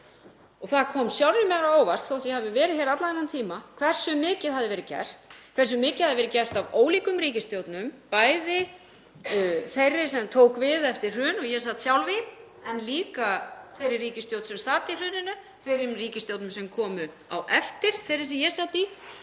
kom það sjálfri mér á óvart, þótt ég hefði verið hér allan þennan tíma, hversu mikið hafði verið gert, hversu mikið hafði verið gert af ólíkum ríkisstjórnum, bæði þeirri sem tók við eftir hrun, og ég sat sjálf í, en líka þeirri ríkisstjórn sem sat í hruninu, þeirri ríkisstjórn sem kom á eftir þeirri sem ég sat í